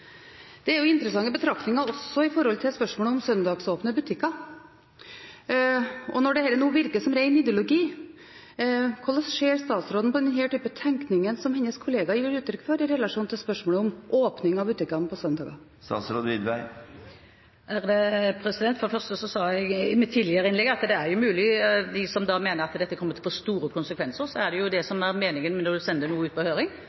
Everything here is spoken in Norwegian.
Det er interessante betraktninger også i forhold til spørsmålet om søndagsåpne butikker. Når dette nå virker som ren ideologi, hvordan ser statsråden på den typen tenkning som hennes kollega gir uttrykk for, i relasjon til spørsmålet om åpne butikker på søndager? For det første sa jeg i et tidligere innlegg at det er mulig at det er de som mener at dette kommer til å få store konsekvenser. Det er jo det som er meningen når man sender noe ut på høring,